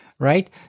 Right